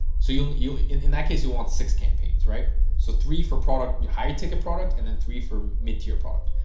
so you'll you in, in that case he wants six campaigns, right? so three for product, your high ticket product and then three for mid tier product.